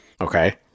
okay